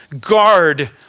guard